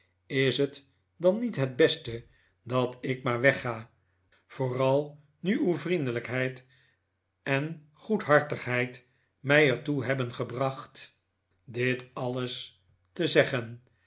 is het dan niet het beste dat ik maar wegga vooral nu uw vriendelijkheid en goedhartigheid mij er toe hebben gebracht dit alles te zeggen